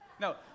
No